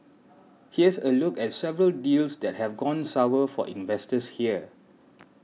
here's a look at several deals that have gone sour for investors here